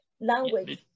Language